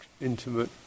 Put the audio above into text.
intimate